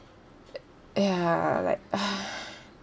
ya like uh